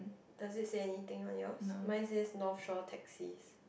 does it say anything on yours mine says North Shore taxis